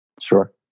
Sure